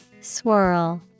swirl